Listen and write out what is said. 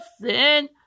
sin